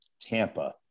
Tampa